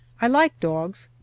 i like dogs,